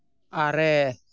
ᱟᱨᱮ